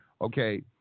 Okay